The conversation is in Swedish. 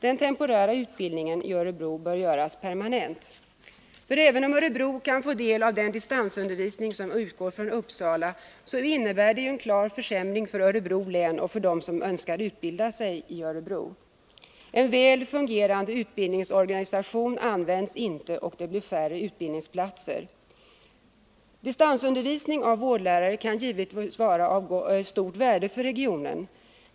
Den temporära utbildningen i Örebro bör göras permanent. Även om Örebro kan få del av den distansundervisning som utgår från Uppsala, så innebär det en klar försämring för Örebro län och för dem som önskar utbilda sig i Örebro. En väl fungerande utbildningsorganisation används ej, och det blir färre utbildningsplatser. Distansundervisning av vårdlärare kan givetvis vara av stort värde för regionen.